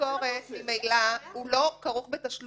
משכורת בעו"ש,